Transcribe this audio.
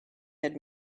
had